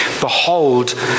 Behold